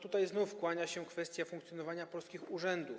Tutaj znów kłania się kwestia funkcjonowania polskich urzędów.